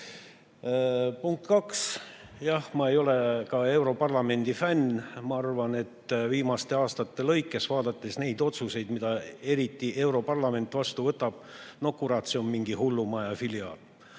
teada. Punkt kaks. Jah, ma ei ole ka europarlamendi fänn. Ma arvan, et viimaste aastate lõikes, vaadates neid otsuseid, mida eriti europarlament vastu võtab – no kurat, see on mingi hullumaja filiaal.